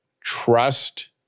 trust